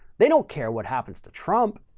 they don't care what happens to trump.